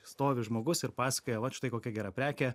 stovi žmogus ir pasakoja vat štai kokia gera prekė